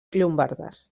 llombardes